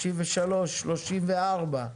33, 34,